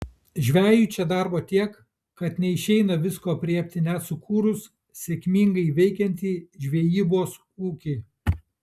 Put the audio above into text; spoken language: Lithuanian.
žvejui čia darbo tiek kad neišeina visko aprėpti net sukūrus sėkmingai veikiantį žvejybos ūkį